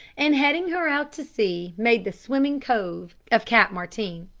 and heading her out to sea made the swimming cove of cap martin.